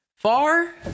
Far